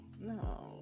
No